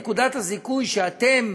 אניף את נקודת הזיכוי שאתם